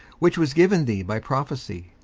which was given thee by prophecy,